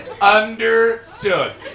understood